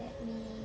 let me